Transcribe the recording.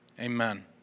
Amen